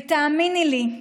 ותאמיני לי,